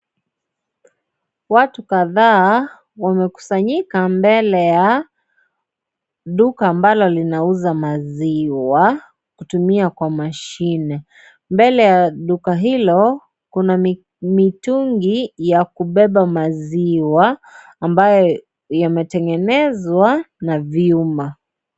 Watu kadhaa wamekusanyika mbele ya duka ambalo linauza maziwa kutumia kwa mashine. Mbele ya duka hilo, kuna mitungi ya kubeba maziwa ambayo imetengenezwa na vyuma.